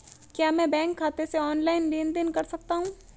क्या मैं बैंक खाते से ऑनलाइन लेनदेन कर सकता हूं?